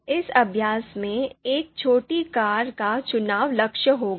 इस अभ्यास में एक छोटी कार का चुनाव लक्ष्य होगा